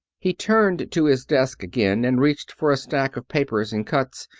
he turned to his desk again and reached for a stack of papers and cuts.